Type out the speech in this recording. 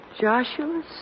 Joshua